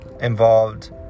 involved